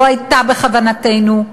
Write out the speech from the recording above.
לא הייתה בכוונתנו,